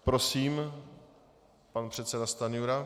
Prosím, pan předseda Stanjura.